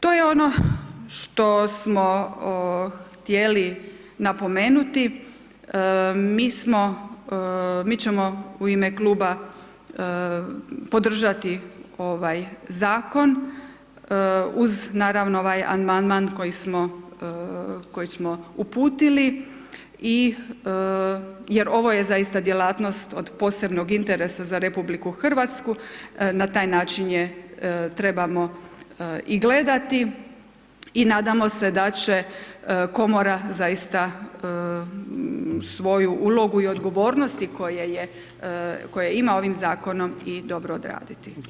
To je ono što smo htjeli napomenuti, mi smo mi ćemo u ime kluba podržati ovaj zakon, uz naravno ovaj amandman koji smo uputili i jer ovo je zaista djelatnost od posebnog interesa za RH, na taj način je trebamo i gledati i nadamo se da će Komora svoju ulogu i odgovornosti koje ima ovim zakonom i dobro odraditi.